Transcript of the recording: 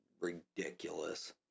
ridiculous